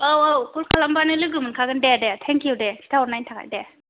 औ औ कल खालामब्लानो लोगो मोनखागोन दे दे थेंक इउ दे खिथाहरनायनि थाखाय दे